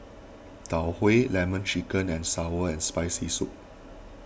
Tau Huay Lemon Chicken and Sour and Spicy Soup